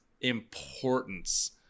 importance